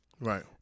Right